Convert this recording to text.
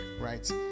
Right